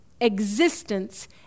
existence